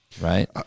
Right